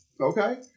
Okay